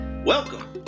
Welcome